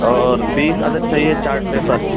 اور بیس عدد چاہیے چارٹ پیپر